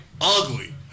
ugly